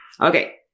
Okay